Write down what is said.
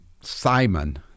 Simon